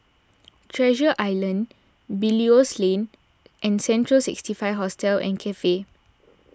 Treasure Island Belilios Lane and Central sixty five Hostel and Cafe